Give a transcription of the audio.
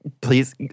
Please